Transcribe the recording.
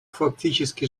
фактически